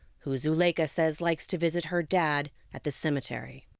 who zuleica says likes to visit her dad at the cemetery.